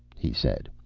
he said.